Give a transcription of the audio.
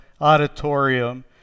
auditorium